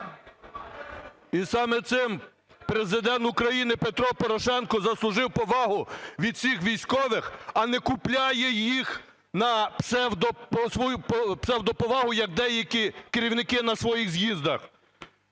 І саме цим Президент Порошенко заслужив повагу від цих військових, а не купляє їх на псевдо… псевдоповагу, як деякі керівники на своїх з'їздах.